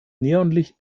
neonlicht